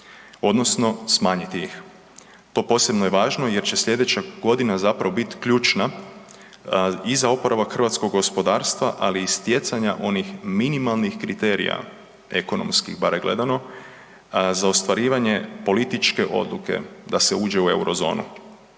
odnosno smanjiti ih. To posebno je važno jer će sljedeća godina zapravo biti ključna i za oporavak hrvatskog gospodarstva, ali i stjecanja onih minimalnih kriterija ekonomski bar gledamo, za ostvarivanje političke odluke da se uđe u Eurozonu